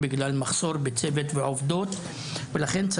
בגלל מחסור בצוות ועובדים ולכן,